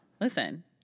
Listen